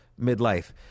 midlife